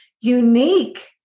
unique